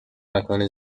مکان